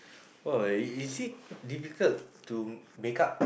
!wah! is it difficult to makeup